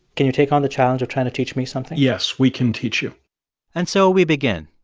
can you take on the challenge of trying to teach me something? yes, we can teach you and so we begin.